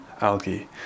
algae